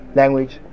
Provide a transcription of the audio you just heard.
language